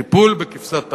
טיפול בכבשת הרש.